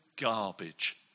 garbage